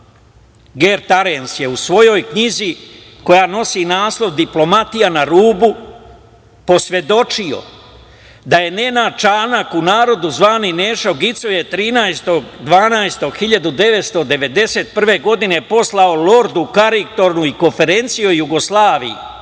Gert Arens je u svojoj knjizi koja nosi naslov Diplomatija na rubu, posvedočio da je Nenada Čanak u narodu zvani „Nešo gicoje“, 13. decembra 1991. godine poslao lordu Karingtonu i konferenciju o Jugoslaviji,